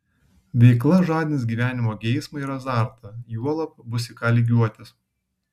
veikla žadins gyvenimo geismą ir azartą juolab bus į ką lygiuotis